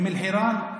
אום אל-חיראן,